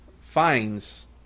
finds